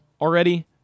already